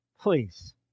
Please